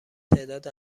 تعداد